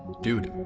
dude.